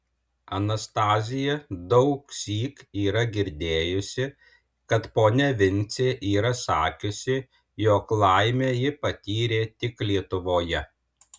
anastazija daugsyk yra girdėjusi kad ponia vincė yra sakiusi jog laimę ji patyrė tik lietuvoje